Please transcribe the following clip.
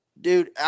dude